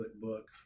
book